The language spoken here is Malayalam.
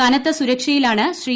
കനത്ത സുരക്ഷയിലാണ് ശ്രീ